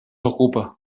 ocupa